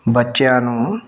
ਬੱਚਿਆਂ ਨੂੰ